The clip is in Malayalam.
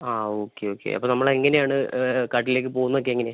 ആ ഓക്കെ ഓക്കെ അപ്പം നമ്മൾ എങ്ങനെയാണ് കാട്ടിലേക്ക് പോവുന്നത് ഒക്കെ എങ്ങനെയാണ്